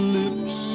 lips